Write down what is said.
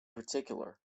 particular